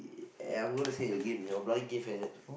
and I'm going to say it again you are a bloody gay faggot